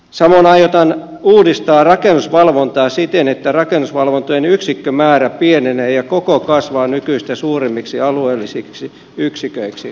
samoin aiotaan uudistaa rakennusvalvontaa siten että rakennusvalvonnan yksikkömäärä pienenee ja koko kasvaa nykyistä suuremmiksi alueellisiksi yksiköiksi